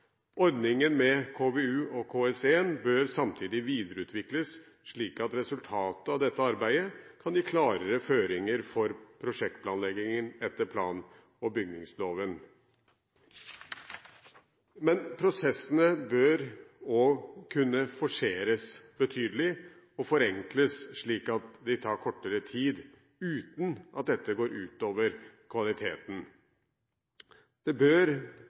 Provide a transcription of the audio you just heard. Ordningen med KVU og KS1 bør samtidig videreutvikles, slik at resultatet av dette arbeidet kan gi klarere føringer for prosjektplanleggingen etter plan- og bygningsloven. Men prosessene bør også kunne forseres betydelig og forenkles slik at de tar kortere tid, uten at dette går ut over kvaliteten. Det bør